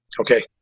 Okay